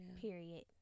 Period